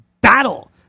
battle